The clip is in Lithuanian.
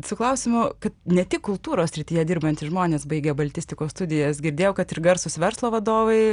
su klausimu kad ne tik kultūros srityje dirbantys žmonės baigę baltistikos studijas girdėjau kad ir garsūs verslo vadovai